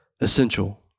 essential